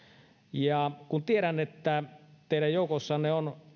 ja kun tiedän että teidän joukoissanne on